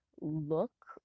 look